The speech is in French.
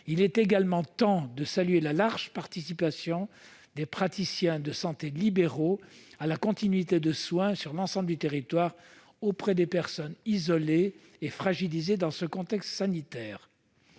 il est également temps de saluer la large participation des praticiens de santé libéraux à la continuité des soins sur l'ensemble du territoire auprès de personnes isolées et fragilisées dans ce contexte sanitaire.